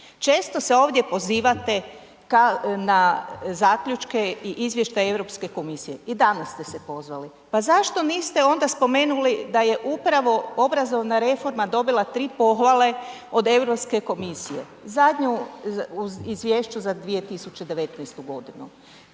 Često se ovdje pozivate na zaključke i izvještaj Europske komisije, i danas ste se pozvali. Pa zašto niste onda spomenuli da je upravo obrazovna reforma dobila tri pohvale od Europske komisije, zadnju u izvješću za 2019. godinu?